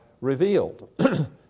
revealed